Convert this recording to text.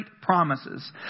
promises